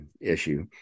issue